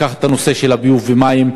לקחת את הנושא של הביוב והמים,